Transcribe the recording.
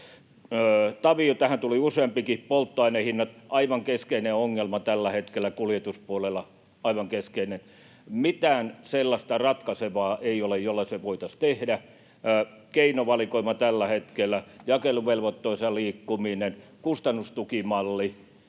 Taviolta tähän tuli useampikin. Polttoainehinnat — aivan keskeinen ongelma tällä hetkellä kuljetuspuolella, aivan keskeinen. Mitään sellaista ratkaisevaa ei ole, millä se voitaisiin tehdä. Keinovalikoimassa tällä hetkellä on jakeluvelvoitteessa liikkuminen, kustannustukimalli